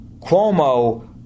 Cuomo